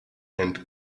and